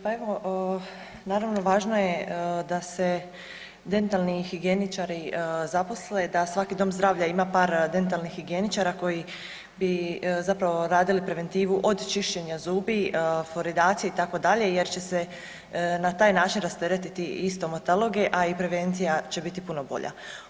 Pa evo naravno važno je da se dentalni higijeničari zaposle, da svaki dom zdravlja ima par dentalnih higijeničara koji bi zapravo radili preventivu od čišćenja zubi, foridacije itd. jer će se na taj način rasteretiti i stomatologe, a i prevencija će biti puno bolja.